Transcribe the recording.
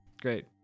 great